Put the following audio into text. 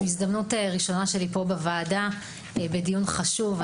זו הפעם הראשונה שאני פה בוועדה, והדיון הוא חשוב.